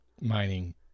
mining